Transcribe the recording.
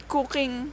Cooking